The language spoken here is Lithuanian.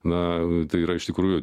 na tai yra iš tikrųjų